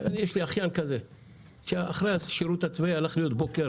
יש לי אחיין שאחרי השירות הצבאי הלך להיות בוקר